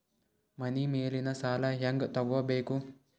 ಮನಿ ಮೇಲಿನ ಸಾಲ ಹ್ಯಾಂಗ್ ತಗೋಬೇಕು?